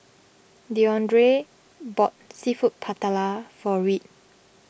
Deondre bought Seafood Paella for Reed